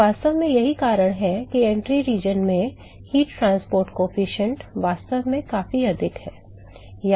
तो वास्तव में यही कारण है कि प्रवेश क्षेत्र में ऊष्मा परिवहन गुणांक वास्तव में काफी अधिक है